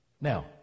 Now